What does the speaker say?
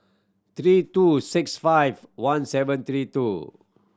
three two six five one seven three two